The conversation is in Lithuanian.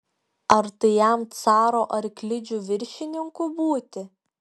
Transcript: ar tai jam caro arklidžių viršininku būti